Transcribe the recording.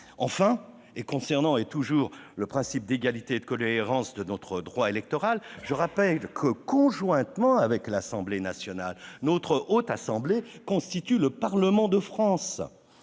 Enfin, concernant toujours les principes d'égalité et de cohérence de notre droit électoral, je rappelle que, conjointement avec l'Assemblée nationale, la Haute Assemblée constitue le parlement de la France.